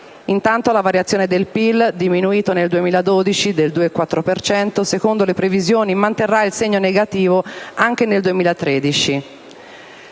Intanto, la variazione del PIL (diminuito nel 2012 del 2,4 per cento), secondo le previsioni manterrà il segno negativo anche nel 2013.